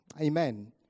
Amen